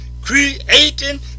creating